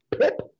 pip